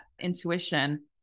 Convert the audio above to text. intuition